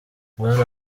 bwana